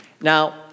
Now